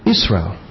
Israel